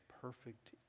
perfect